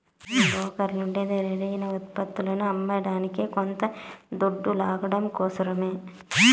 ఈ బోకర్లుండేదే రెడీ అయిన ఉత్పత్తులని అమ్మేదానికి కొంత దొడ్డు లాగడం కోసరమే